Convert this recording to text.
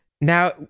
Now